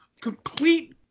complete